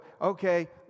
okay